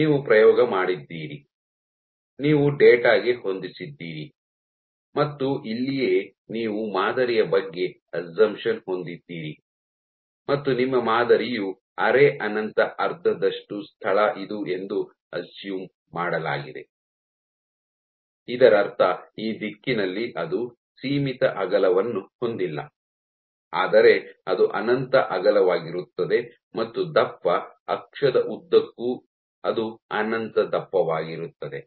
ನೀವು ಪ್ರಯೋಗ ಮಾಡಿದ್ದೀರಿ ನೀವು ಡೇಟಾ ಗೆ ಹೊಂದಿಸಿದ್ದೀರಿ ಮತ್ತು ಇಲ್ಲಿಯೇ ನೀವು ಮಾದರಿಯ ಬಗ್ಗೆ ಅಸ್ಸಾಂಪ್ಷನ್ ಹೊಂದಿದ್ದೀರಿ ಮತ್ತು ನಿಮ್ಮ ಮಾದರಿಯು ಅರೆ ಅನಂತ ಅರ್ಧದಷ್ಟು ಸ್ಥಳ ಇದು ಎಂದು ಅಸ್ಸುಮ್ ಮಾಡಲಾಗಿದೆ ಇದರರ್ಥ ಈ ದಿಕ್ಕಿನಲ್ಲಿ ಅದು ಸೀಮಿತ ಅಗಲವನ್ನು ಹೊಂದಿಲ್ಲ ಆದರೆ ಅದು ಅನಂತ ಅಗಲವಾಗಿರುತ್ತದೆ ಮತ್ತು ದಪ್ಪ ಅಕ್ಷದ ಉದ್ದಕ್ಕೂ ಅದು ಅನಂತ ದಪ್ಪವಾಗಿರುತ್ತದೆ